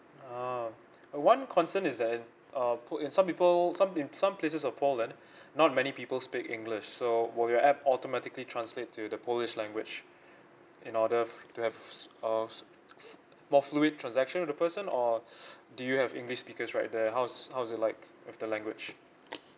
ah one concern is that in uh pol~ in some people some pla~ some places of poland not many people speak english so will your app automatically translate to the polish language in order to have uh more fluent transaction with the person or do you have english speakers right there how is how is it like with the language